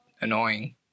annoying